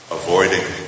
avoiding